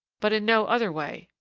but in no other way,